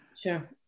Sure